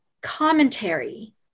commentary